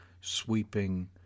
sweeping